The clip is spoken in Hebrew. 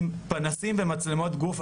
עם פנסים ומצלמות גוף,